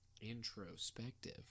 introspective